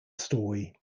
story